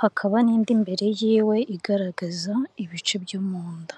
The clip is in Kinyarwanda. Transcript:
hakaba n'indi mbere yiwe igaragaza ibice byo mu nda.